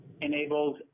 enables